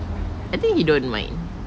I think he don't mind